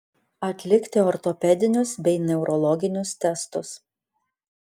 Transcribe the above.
atlikti ortopedinius bei neurologinius testus